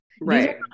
Right